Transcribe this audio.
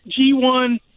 G1